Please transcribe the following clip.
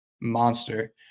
monster